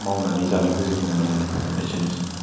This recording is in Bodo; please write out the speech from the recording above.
मावनानै जानायखौ जों नुनो मोनो एसेनोसै